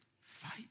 Fight